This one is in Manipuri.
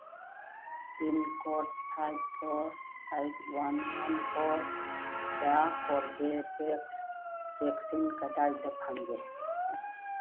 pin code five four eight one one ꯐꯣꯔꯗ ꯀꯣꯔꯕꯦꯕꯦꯛꯁ ꯚꯦꯛꯁꯤꯟ ꯀꯗꯥꯏꯗ ꯐꯪꯒꯦ